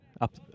up